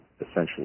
essentially